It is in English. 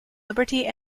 liberty